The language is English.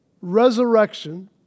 resurrection